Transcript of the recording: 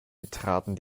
betraten